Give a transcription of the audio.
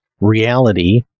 reality